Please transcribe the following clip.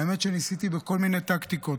האמת שניסיתי כל מיני טקטיקות,